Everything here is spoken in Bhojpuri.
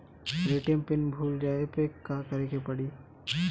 ए.टी.एम पिन भूल जाए पे का करे के पड़ी?